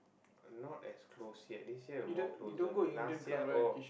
not as close yet this year we more closer last year oh